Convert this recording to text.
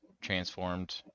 transformed